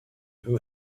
who